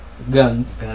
guns